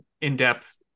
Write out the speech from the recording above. in-depth